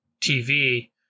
TV